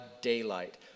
daylight